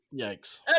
Yikes